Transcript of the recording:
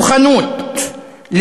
כוחנות,